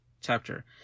chapter